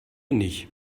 nicht